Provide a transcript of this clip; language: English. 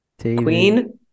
Queen